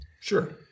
Sure